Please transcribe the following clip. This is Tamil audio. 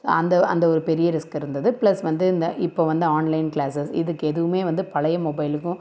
ஸோ அந்த அந்த ஒரு பெரிய ரிஸ்க் இருந்தது பிளஸ் வந்து இந்த இப்போ வந்த ஆன்லைன் கிளாஸ்ஸஸ் இதுக்கு எதுவுமே வந்து பழைய மொபைலுக்கும்